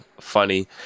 Funny